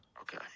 Okay